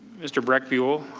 mister brecht fuel.